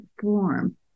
form